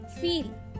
feel